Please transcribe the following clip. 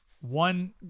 one